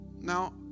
Now